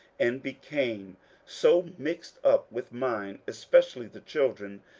and became so mixed up with mine, especially the children,